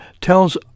tells